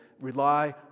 rely